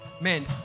man